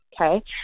okay